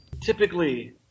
Typically